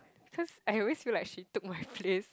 cause I always feel like she took my place